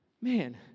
Man